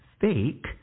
fake